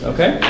Okay